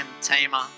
tamer